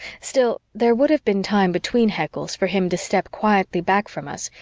still, there would have been time between heckles for him to step quietly back from us,